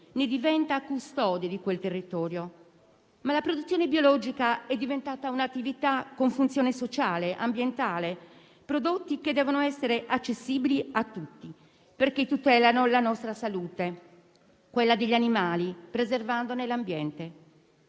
diventando custode di quel territorio. La produzione biologica è diventata un'attività con funzione sociale e ambientale, i cui prodotti devono essere accessibili a tutti, perché tutelano la nostra salute e quella degli animali, preservandone l'ambiente.